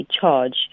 charge